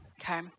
okay